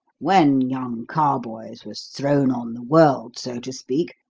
when young carboys was thrown on the world, so to speak,